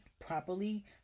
properly